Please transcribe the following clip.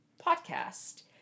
podcast